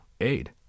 aid